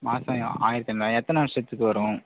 மாதம் ஆயிரத்து ஐந்நூறுரூவாயா எத்தனை வருஷத்துக்கு வரும்